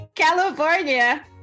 California